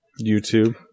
youtube